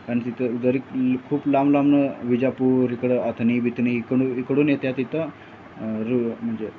आणि तिथं जरी खूप लांब लांबनं विजापूर इकडं अथनी बितनी इकडून इकडून येत्या तिथं रु म्हणजे